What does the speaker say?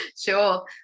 Sure